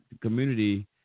community